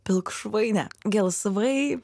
pilkšvai ne gelsvai